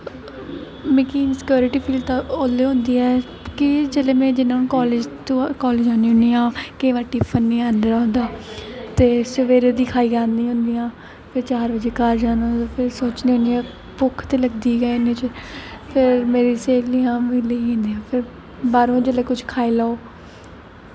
मतलब कि security feel ते उसलै होंदी ऐ की जिसलै में कालेज जन्नी होन्नी आं केईं बारी टिफिन निं आंह्दे दा होंदा ते सवेरे दी खाइयै औन्नी होन्नी आं फिर चार बज़े घर जाना ते फिर सोचनी होन्नी आं भुक्ख ते लगदी गै इन्नै चिर फिर मेरियां स्हेलियां लेई आंदियां बाह्रों दा जिसलै किश खाई लैओ